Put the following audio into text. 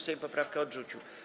Sejm poprawkę odrzucił.